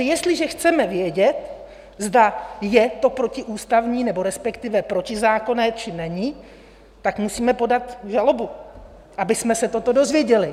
Jestliže chceme vědět, zda je to protiústavní, nebo respektive protizákonné, či není, tak musíme podat žalobu, abychom se toto dozvěděli.